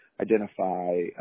identify